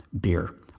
beer